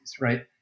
right